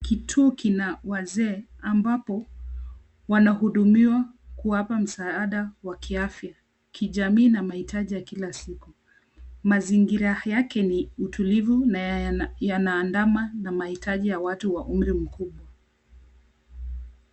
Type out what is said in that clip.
Kituo kina wazee, ambapo wanahudumiwa kuwapa msaada wa kiafya, kijamii, na mahitaji ya kila siku. Mazingira yake ni utulivu, na yana, yanaandama na mahitaji ya watu wa umri mkubwa.